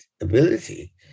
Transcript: ability